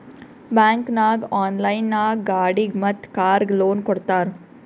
bank ನಾಗ್ online ನಾಗ್ ಗಾಡಿಗ್ ಮತ್ ಕಾರ್ಗ್ ಲೋನ್ ಕೊಡ್ತಾರ್